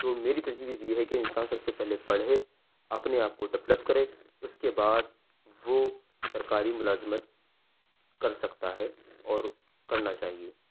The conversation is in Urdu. تو میری تجویز یہ ہے کہ انسان سب سے پہلے پڑھے اپنے آپ کو ڈیولپ کرے اس کے بعد وہ سرکاری ملازمت کر سکتا ہے اور کرنا چاہیے انسان کو